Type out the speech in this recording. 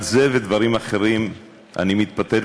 על זה ועל דברים אחרים אני מתפטר.